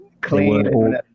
Clean